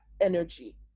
energy